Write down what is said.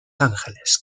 ángeles